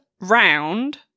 round